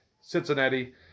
Cincinnati